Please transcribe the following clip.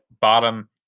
bottom